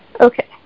Okay